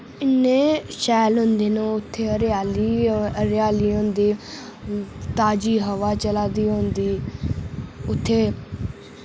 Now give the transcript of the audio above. इन्ने शैल होंदे न ओह् उत्थै हरेआली हरेआली होंदी ताजी हवा चला दी होंदी उत्थै